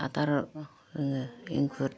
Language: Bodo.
आदार होयो इंखुद